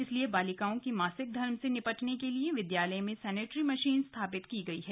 इसलिए बालिकाओं के मासिक धर्म से निपटने के लिए विद्यालय में सैनिटरी मशीन स्थापित की गई है